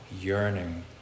yearning